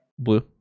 Blue